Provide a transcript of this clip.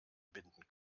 binden